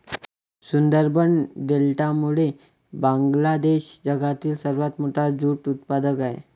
सुंदरबन डेल्टामुळे बांगलादेश जगातील सर्वात मोठा ज्यूट उत्पादक आहे